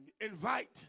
invite